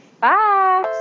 bye